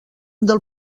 del